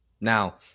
now